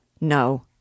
No